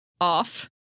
off